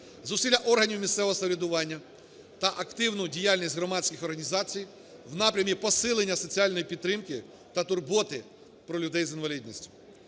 зусилля органів місцевого самоврядування та активну діяльність громадських організацій в напрямі посилення соціальної підтримки та турботи про людей з інвалідністю.